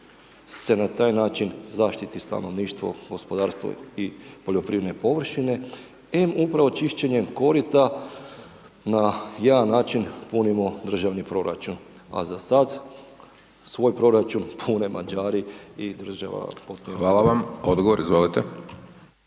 se na taj način zaštititi stanovništvo, gospodarstvo i poljoprivredne površine em upravo čišćenjem korita na jedan način punimo državni proračun. A zasad svoj proračun pune Mađari i država BiH. **Hajdaš Dončić, Siniša